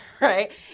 right